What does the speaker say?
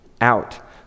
out